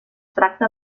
tracta